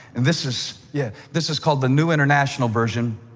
this is yeah this is called the new international version.